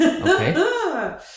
Okay